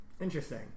Interesting